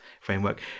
framework